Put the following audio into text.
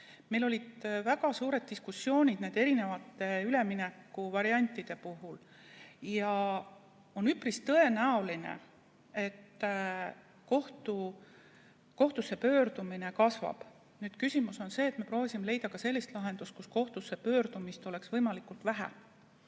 Meil olid väga suured diskussioonid nende erinevate üleminekuvariantide puhul ja on üpris tõenäoline, et kohtusse pöördumine kasvab. Nüüd, küsimus on selles, et me proovisime leida ka sellist lahendust, et kohtusse pöördumist oleks võimalikult vähe